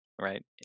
right